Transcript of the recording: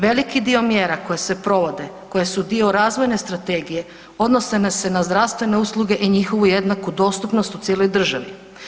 Veliki dio mjera koje se provode, koje su dio razvojne strategije odnose se na zdravstvene usluge i njihovu jednaku dostupnost u cijeloj državi.